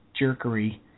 jerkery